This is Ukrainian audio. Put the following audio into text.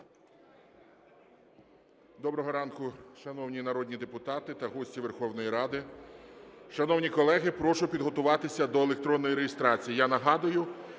Доброго ранку, шановні народні депутати та гості Верховної Ради! Шановні колеги, прошу підготуватися до електронної реєстрації.